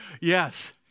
Yes